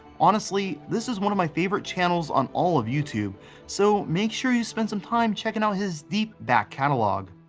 honestly, this is one of my favorite channels on all of youtube so make sure you spend some time checking out his deep back catalog.